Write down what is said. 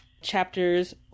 chapters